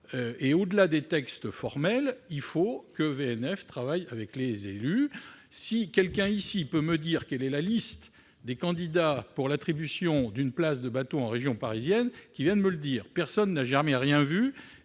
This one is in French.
au-delà des textes formels, il faut que VNF travaille avec les élus. Si quelqu'un ici connaît la liste des candidats à l'attribution d'une place de bateau en région parisienne, qu'il vienne me le dire ! Personne ne l'a jamais vue, les